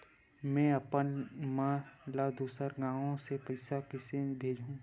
में अपन मा ला दुसर गांव से पईसा कइसे भेजहु?